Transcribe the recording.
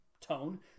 tone